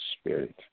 spirit